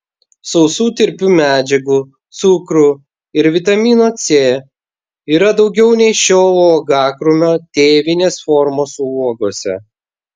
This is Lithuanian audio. sausų tirpių medžiagų cukrų ir vitamino c yra daugiau nei šio uogakrūmio tėvinės formos uogose